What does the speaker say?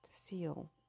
seal